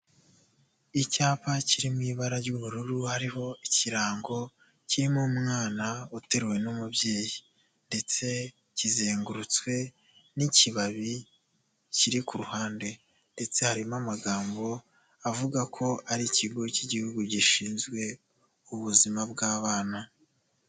Icyapa kiri mu ibara ry'ubururu hariho ikirango kirimo umwana uteruwe n'umubyeyi ndetse kizengurutswe n'ikibabi kiri ku ruhande ndetse harimo amagambo avuga ko ari ikigo cy'igihugu gishinzwe ubuzima bw'abana.